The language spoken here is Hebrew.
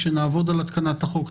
כשנעבוד על התקנת החוק,